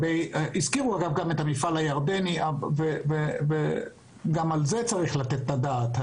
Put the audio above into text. הזכירו את המפעל הירדני וגם על זה צריך לתת את הדעת.